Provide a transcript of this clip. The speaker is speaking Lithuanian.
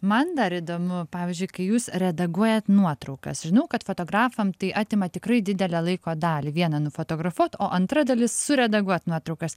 man dar įdomu pavyzdžiui kai jūs redaguojat nuotraukas žinau kad fotografam tai atima tikrai didelę laiko dalį viena nufotografuot o antra dalis suredaguot nuotraukas